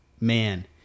Man